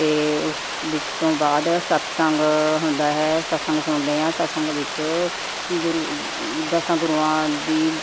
ਅਤੇ ਉਸ ਵਿੱ ਤੋਂ ਬਾਅਦ ਸਤਿਸੰਗ ਹੁੰਦਾ ਹੈ ਸਤਿਸੰਗ ਸੁਣਦੇ ਹਾਂ ਸਤਿਸੰਗ ਵਿੱਚ ਗੁਰੂ ਦਸਾਂ ਗੁਰੂਆਂ ਦੀ